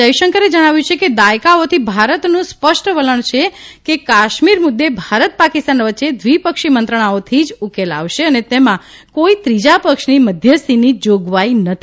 જયશંકરે જણાવ્યું છે કે દાયકાઓથી ભારતનું સ્પષ્ટ વલણ છે કે કાશ્મીર મુદ્દે ભારત પાકિસ્તાન વચ્ચે દ્વિપક્ષી મંત્રણાઓથી જ ઉકેલ આવશે અને તેમાં ક ોઇ ત્રીજાપક્ષની મધ્યસ્થીની જાગવાઇ નથી